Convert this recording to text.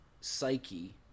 psyche